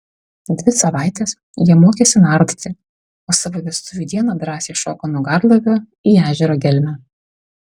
dvi savaites jie mokėsi nardyti o savo vestuvių dieną drąsiai šoko nuo garlaivio į ežero gelmę